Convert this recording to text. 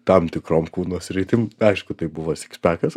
tam tikrom kūno sritim aišku tai buvo sikspekas